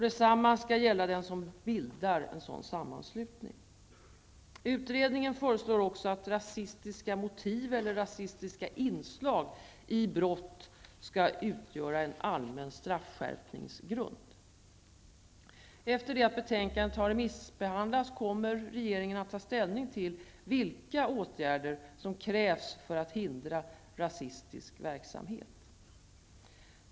Detsamma skall gälla den som bildar en sådan sammanslutning. Utredningen föreslår också att rasistiska motiv eller rasistiska inslag i brott skall utgöra en allmän straffskärpningsgrund. Efter det att betänkandet har remissbehandlats kommer regeringen att ta ställning till vilka åtgärder som krävs för att hindra rasistisk verksamhet.